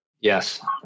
Yes